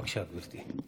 בבקשה, גברתי.